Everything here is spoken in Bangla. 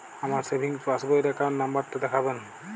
আমার সেভিংস পাসবই র অ্যাকাউন্ট নাম্বার টা দেখাবেন?